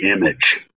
image